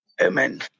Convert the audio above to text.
Amen